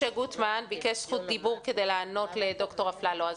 משה גוטמן ביקש זכות דיבור כדי לענות לד"ר אפללו.